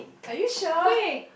are you sure